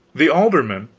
the aldermen,